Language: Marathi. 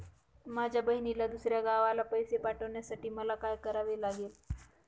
माझ्या बहिणीला दुसऱ्या गावाला पैसे पाठवण्यासाठी मला काय करावे लागेल?